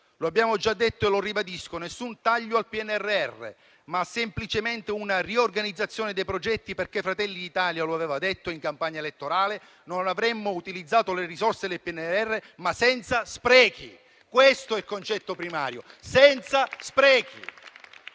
Lo abbiamo già detto e lo ribadisco: nessun taglio al PNRR, ma semplicemente una riorganizzazione dei progetti perché Fratelli d'Italia aveva detto in campagna elettorale che avremmo utilizzato le risorse del PNRR ma senza sprechi. Questo è il concetto primario: senza sprechi.